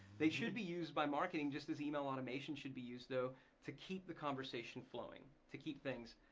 they should be used by marketing just as email automation should be used though to keep the conversation flowing, to keep things